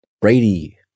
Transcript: Brady